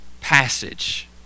passage